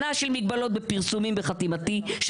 שנה של מגבלות בפרסומים בחתימתי,